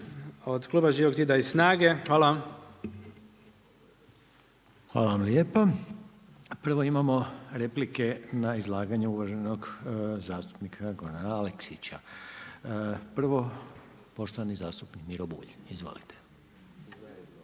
od kluba Živog zida i SNAGA-e. Hvala. **Reiner, Željko (HDZ)** Hvala vam lijepo. Prvo imamo replike na izlaganje uvaženog zastupnika Gordana Aleksića. Prvo poštovani zastupnik Miro Bulj. Izvolite.